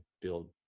build